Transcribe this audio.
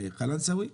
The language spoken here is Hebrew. קלנסואה.